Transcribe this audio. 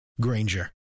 Granger